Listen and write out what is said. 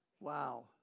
wow